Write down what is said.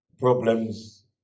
problems